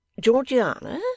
georgiana